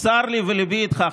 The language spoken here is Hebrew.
צר לי וליבי איתך,